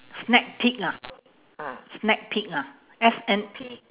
snack peak ah snack peak ah S N